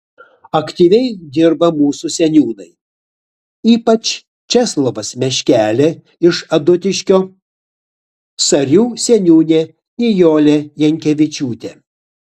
aktyviai dirba mūsų seniūnai ypač česlovas meškelė iš adutiškio sarių seniūnė nijolė jankevičiūtė